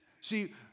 See